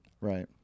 Right